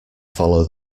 follow